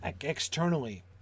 externally